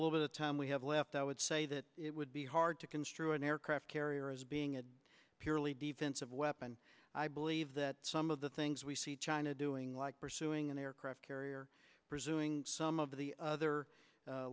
little bit of time we have left i would say that it would be hard to construe an aircraft carrier as being a purely defensive weapon i believe that some of the things we see china doing like pursuing an aircraft carrier presuming some of the other